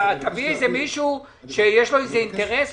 אתה תביא מישהו שיש לו אינטרס,